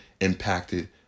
impacted